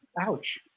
Ouch